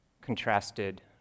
contrasted